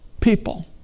people